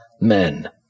men